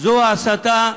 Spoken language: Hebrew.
זו ההסתה,